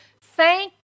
Thank